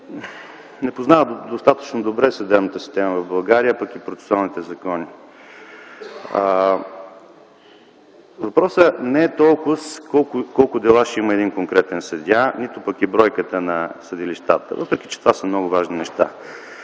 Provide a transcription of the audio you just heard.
не познават достатъчно добре съдебната система в България, пък и процесуалните закони. Въпросът не е толкова в това колко дела ще има един конкретен съдия, нито пък е в бройката на съдилищата, въпреки че това са много важни неща.